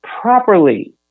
properly